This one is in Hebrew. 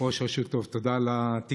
ראש רשות טוב, תודה על התיקון.